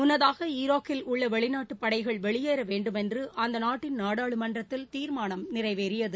முன்னதாக ஈராக்கில் உள்ள வெளிநாட்டு படைகள் வெளியேற வேண்டும் என்று அந்த நாட்டின் நாடாளுமன்றம் தீர்மானம் நிறைவேற்றியது